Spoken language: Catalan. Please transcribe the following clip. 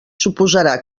suposarà